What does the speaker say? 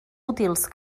útils